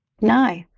No